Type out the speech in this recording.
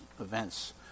events